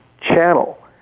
channel